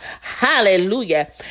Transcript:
Hallelujah